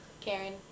karen